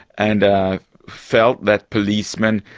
and i felt that policeman,